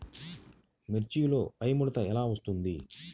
మిర్చిలో పైముడత ఎలా వస్తుంది?